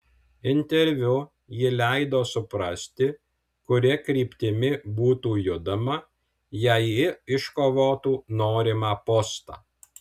interviu ji leido suprasti kuria kryptimi būtų judama jei ji iškovotų norimą postą